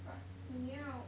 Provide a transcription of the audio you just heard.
but 你要